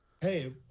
hey